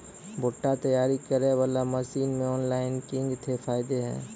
भुट्टा तैयारी करें बाला मसीन मे ऑनलाइन किंग थे फायदा हे?